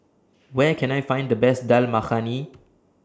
Where Can I Find The Best Dal Makhani